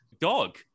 dog